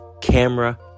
camera